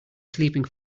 sleeping